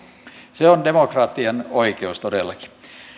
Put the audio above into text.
se on demokratian oikeus todellakin